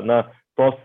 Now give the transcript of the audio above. na tos